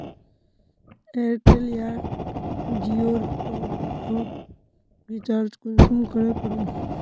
Airtel या जियोर top up recharge कुंसम करे करूम?